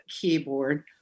keyboard